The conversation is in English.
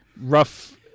rough